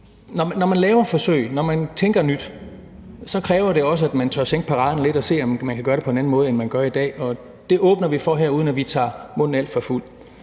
Når man laver forsøg, og når man tænker nyt, kræver det også, at man tør sænke paraderne lidt og se, om man kan gøre det på en anden måde, end man gør i dag. Og det åbner vi for her, uden at vi tager munden alt for fuld.